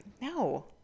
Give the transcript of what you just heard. no